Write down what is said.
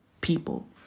people